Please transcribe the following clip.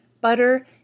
Butter